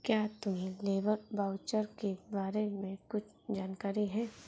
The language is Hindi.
क्या तुम्हें लेबर वाउचर के बारे में कुछ जानकारी है?